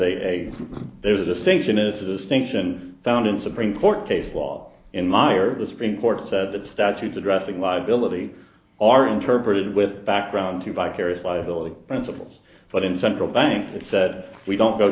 a there's a distinction is a distinction found in supreme court case law in meyer the supreme court said that statutes addressing liability are interpreted with background to vicarious liability principles but in central banks that said we don't go